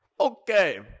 Okay